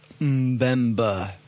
Mbemba